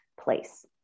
place